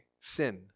sin